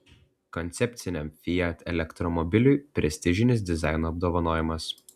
koncepciniam fiat elektromobiliui prestižinis dizaino apdovanojimas